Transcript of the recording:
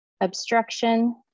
obstruction